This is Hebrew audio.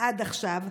עד עכשיו?